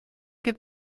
get